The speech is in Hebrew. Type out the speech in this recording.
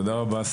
תודה רבה.